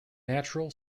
natural